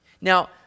Now